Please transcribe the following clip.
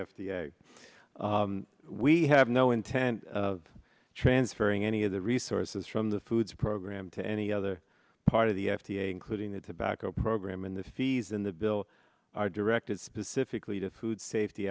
a we have no intent of transferring any of the resources from the foods program to any other part of the f d a including the tobacco program in the fees in the bill are directed specifically to food safety